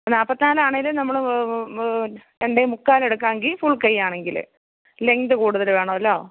നാല്പത്തിനാലാണേലും നമ്മള് രണ്ടേമുക്കാലെടുക്കാണെങ്കില് ഫുൾ കൈയാണെങ്കില് ലെങ്ത്ത് കൂടുതല് വേണമോല്ലോ